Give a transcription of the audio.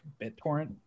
BitTorrent